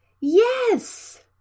Yes